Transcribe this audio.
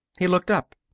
he looked up.